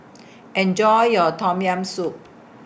Enjoy your Tom Yam Soup